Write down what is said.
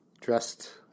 dressed